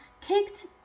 kicked